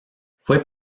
fue